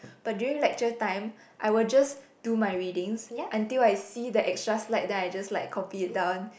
but during lecture time I will just do my readings until I see the extra slide and then I just like copy it down